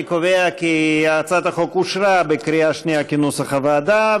אני קובע כי הצעת החוק אושרה בקריאה שנייה כנוסח הוועדה.